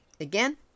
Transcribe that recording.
Again